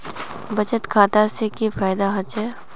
बचत खाता से की फायदा होचे?